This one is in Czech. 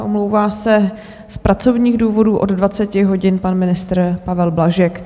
Omlouvá se z pracovních důvodů od 20 hodin pan ministr Pavel Blažek.